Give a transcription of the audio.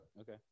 Okay